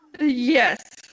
yes